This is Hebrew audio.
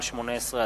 התש”ע 2010,